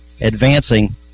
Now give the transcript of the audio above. advancing